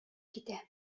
китә